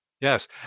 Yes